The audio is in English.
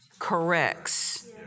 corrects